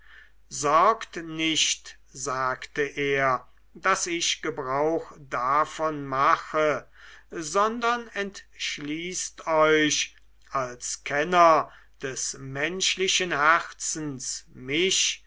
sorgt nicht sagte er daß ich gebrauch davon mache sondern entschließt euch als kenner des menschlichen herzens mich